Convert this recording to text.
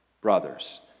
brothers